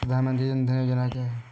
प्रधानमंत्री जन धन योजना क्या है?